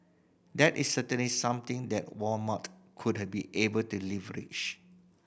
that is certainly something that Walmart would her be able to leverage